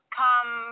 come